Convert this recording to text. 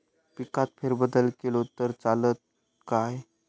पिकात फेरबदल केलो तर चालत काय?